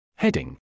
heading